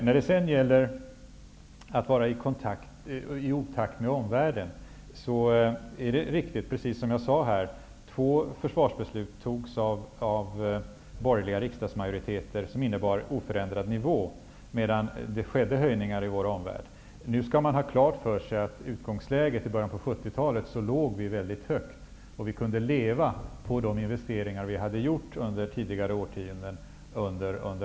När det sedan gäller att vara i otakt med omvärlden är det riktigt att, som jag sade, två försvarsbeslut som togs av borgerliga riksdagsmajoriteter innebar oförändrad nivå, medan det skedde höjningar i vår omvärld. Man skall ha klart för sig att vi i utgångsläget i början på 70-talet låg mycket högt. Vi kunde då leva ganska väl på de investeringar som vi hade gjort under tidigare årtionden.